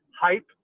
hype